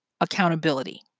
accountability